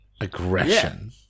Aggression